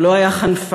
הוא לא היה חנפן,